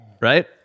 Right